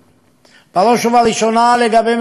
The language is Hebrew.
בראש ובראשונה לגבי מכל האמוניה.